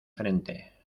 frente